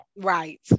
right